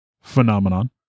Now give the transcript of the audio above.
phenomenon